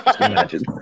imagine